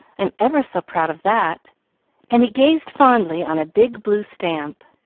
i'm ever so proud of that and he gazed fondly on a big blue stamp,